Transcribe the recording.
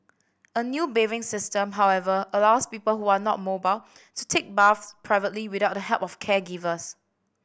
a new bathing system however allows people who are not mobile to take baths privately without the help of caregivers